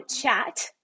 chat